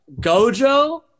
Gojo